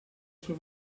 sua